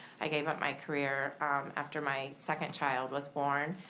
i gave up my career after my second child was born.